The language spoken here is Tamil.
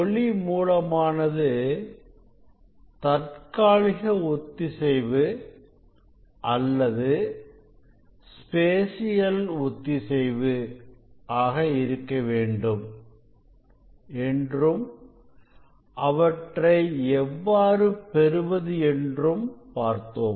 ஒளி மூலமானது தற்காலிக ஒத்திசைவு அல்லது ஸ்பேசியல் ஒத்திசைவு ஆக இருக்கவேண்டும் என்றும் அவற்றை எவ்வாறு பெறுவது என்றும் பார்த்தோம்